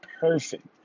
perfect